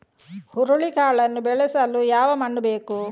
ಹುರುಳಿಕಾಳನ್ನು ಬೆಳೆಸಲು ಯಾವ ಮಣ್ಣು ಬೇಕು?